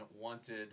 wanted